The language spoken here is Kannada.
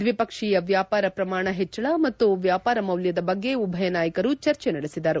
ದ್ವೀಪಕ್ಷೀಯ ವ್ಯಾಪಾರ ಪ್ರಮಾಣ ಹೆಚ್ಚಳ ಮತ್ತು ವ್ಯಾಪಾರ ಮೌಲ್ಯದ ಬಗ್ಗೆ ಉಭಯ ನಾಯಕರು ಚರ್ಚೆ ನಡೆಸಿದರು